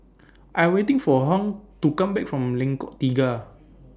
I waiting For Hung to Come Back from Lengkok Tiga